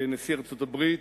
נשיא ארצות-הברית,